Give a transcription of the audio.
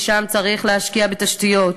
ושם צריך להשקיע תשתיות,